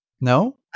No